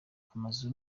amazu